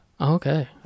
Okay